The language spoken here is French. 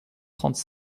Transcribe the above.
trente